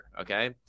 okay